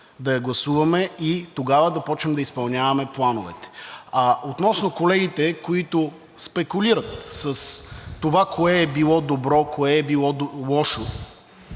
да я гласуваме и тогава да започнем да изпълняваме плановете. Относно колегите, които спекулират с това кое е било добро, кое е било лошо